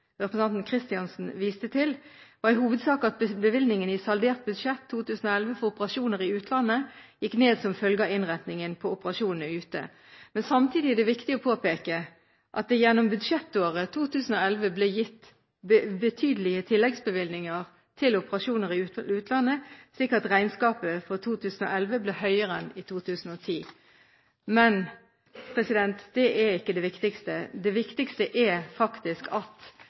følge av innretningen på operasjonene ute. Men samtidig er det viktig å påpeke at det gjennom budsjettåret 2011 ble gitt betydelige tilleggsbevilgninger til operasjoner i utlandet, slik at regnskapet for 2011 ble høyere enn i 2010. Men det er ikke det viktigste. For å svare på representanten Myrlis spørsmål: Det viktigste er faktisk at